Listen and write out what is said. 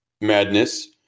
madness